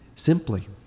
Simply